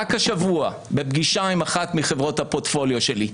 רק השבוע בפגישה עם אחת מחברות הפורטפוליו שלי,